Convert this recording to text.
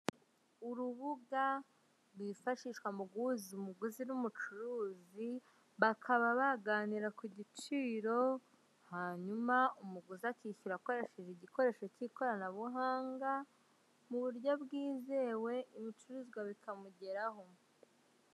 Urubuga rwifashishwa muguhuza umuguzi n'umucuruzi bakaba baganira kugiciro hanyuma umuguzi akishyura akoresheje igikoresho cy'ikoranabuhanga muburyo bwizewe ibicuruzwa bikamugeraho.